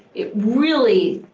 it really,